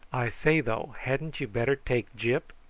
i say, though, hadn't you better take gyp?